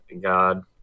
god